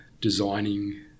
designing